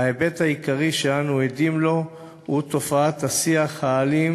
ההיבט העיקרי שאנו עדים לו הוא תופעת השיח האלים,